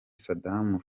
saddam